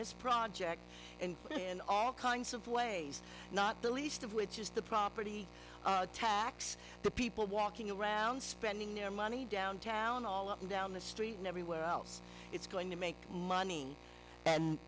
this project and all kinds of ways not the least of which is the property tax the people walking around spending their money downtown all up and down the street and everywhere else it's going to make money and